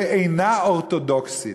שאינה אורתודוקסית.